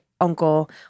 uncle